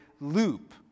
loop